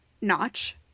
notch